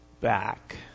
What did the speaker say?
back